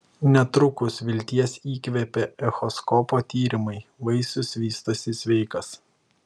netrukus vilties įkvėpė echoskopo tyrimai vaisius vystosi sveikas